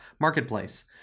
Marketplace